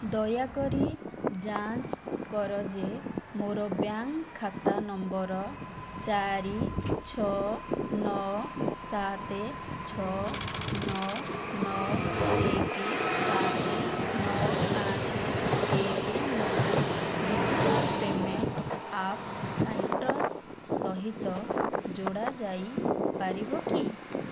ଦୟାକରି ଯାଞ୍ଚ କର ଯେ ମୋର ବ୍ୟାଙ୍କ ଖାତା ନମ୍ବର ଚାରି ଛଅ ନଅ ସାତ ଛଅ ନଅ ନଅ ଏକ ସାତ ନଅ ଆଠ ଏକ ନଅ ଡିଜିଟାଲ୍ ପେମେଣ୍ଟ ଆପ୍ ସାଇଟ୍ରସ୍ ସହିତ ଯୋଡ଼ା ଯାଇପାରିବ କି